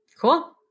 Cool